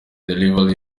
delivery